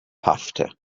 paffte